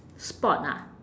sport ah